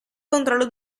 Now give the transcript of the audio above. controllo